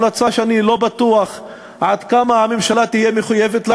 המלצה שאני לא בטוח עד כמה הממשלה תהיה מחויבת לה,